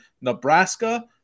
Nebraska